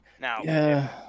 Now